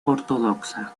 ortodoxa